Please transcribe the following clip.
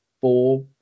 four